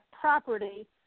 property